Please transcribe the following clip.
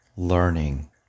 learning